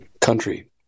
country